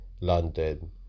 London